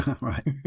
Right